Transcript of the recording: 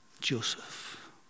Joseph